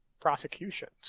prosecutions